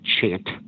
chant